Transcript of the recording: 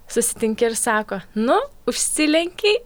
susitinki ir sako nu užsilenkei